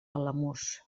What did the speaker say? alamús